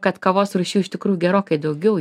kad kavos rūšių iš tikrųjų gerokai daugiau